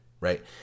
right